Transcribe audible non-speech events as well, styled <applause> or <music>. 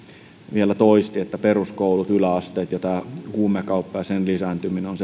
vielä toisti että peruskoulut yläasteet ja tämä huumekauppa ja sen lisääntyminen ovat <unintelligible>